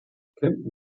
camp